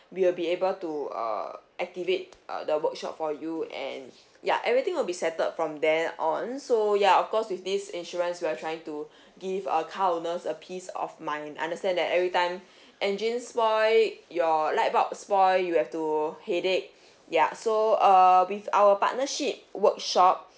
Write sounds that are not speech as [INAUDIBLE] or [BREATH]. we will be able to err activate uh the workshop for you and ya everything will be settled from then on so ya of course with this insurance we are trying to [BREATH] give uh car owners a peace of mind understand that every time engine spoil your light bulb spoil you have to headache ya so err with our partnership workshop